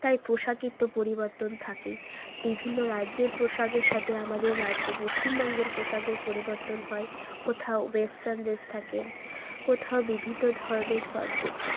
তাই পোশাকের তো পরিবর্তন থাকেই বিভিন্ন রাজ্যের পোশাকের সাথে আমাদের রাজ্যে পশ্চিমবঙ্গের পোশাকের পরিবর্তন হয় কোথাও ওয়েস্টার্ন ড্রেস থাকে কোথাও বিভিন্ন ধরনের শর্ট ড্রেস থাকে